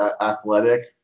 athletic